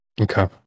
okay